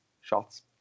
shots